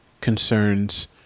concerns